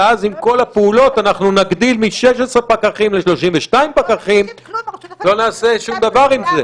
ואז גם אם נגדיל את הפעילות מ-16 ל-32 פקחים לא נעשה שום דבר עם זה.